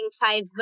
five